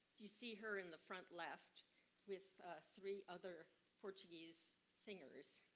you see her in the front left with three other portuguese singers.